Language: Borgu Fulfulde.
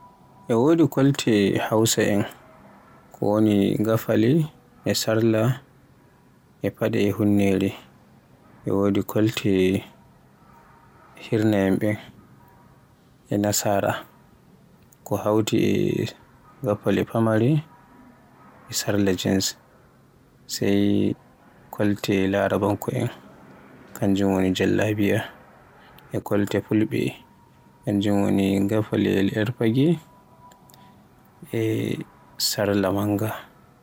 E wodi kolte hausa'en woni ngafale, e sarla, e faɗe e hunnere. E wodi kolte hirna'en e nasara, ko hawti ngafale famare sarla jins. Sai kolte larabanko en kanjum woni jallabiya. E kolte fulɓe kanjum woni ngafale year fage e sarla manga.